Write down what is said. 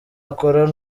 akora